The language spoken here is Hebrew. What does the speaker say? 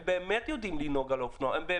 הם באמת יודעים לנהוג על האופנוע והם גם